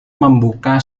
membuka